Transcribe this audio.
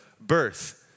birth